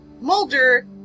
Mulder